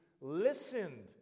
listened